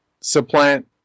supplant